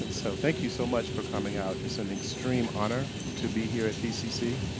and so thank you so much for coming out, it's an extreme honor to be here at pcc.